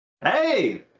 Hey